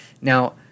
Now